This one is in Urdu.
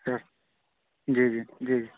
سر جی جی جی